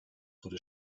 wurde